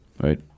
right